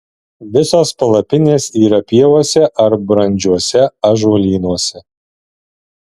visos palapinės yra pievose ar brandžiuose ąžuolynuose